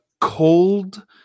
cold